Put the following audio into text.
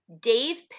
Dave